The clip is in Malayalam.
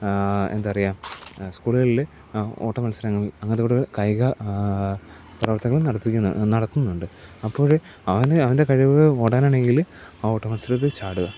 എന്താ പറയുക സ്കൂളുകളിൽ ഓട്ടമത്സരങ്ങൾ അങ്ങനെത്തെയൊരു കായിക പ്രവർത്തനങ്ങൾ നടത്തുന്നുണ്ട് അപ്പോഴ് അവന് അവൻ്റെ കഴിവ് ഓടാനാണെങ്കിൽ ആ ഓട്ട മത്സരത്തിൽ ചാടുക